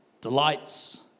delights